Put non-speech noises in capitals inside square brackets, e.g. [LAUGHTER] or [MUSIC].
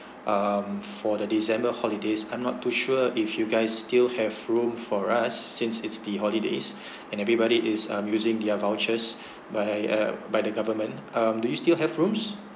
um for the december holidays I'm not too sure if you guys still have room for us since it's the holidays [BREATH] and everybody is um using their vouchers by uh by the government um do you still have rooms